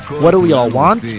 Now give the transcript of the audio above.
what do we all want?